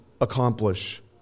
accomplish